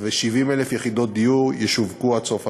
ו-70,000 יחידות דיור ישווקו עד סוף השנה.